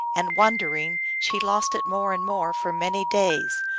and, wandering, she lost it more and more for many days,